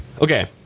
Okay